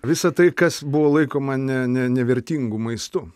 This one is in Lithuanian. visą tai kas buvo laikoma ne ne ne nevertingu maistu